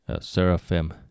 seraphim